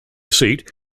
seat